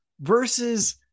versus